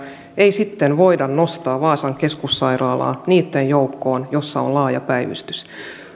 ei sitten voida nostaa vaasan keskussairaalaa niitten joukkoon joissa on laaja päivystys